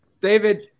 David